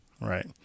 Right